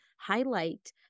highlight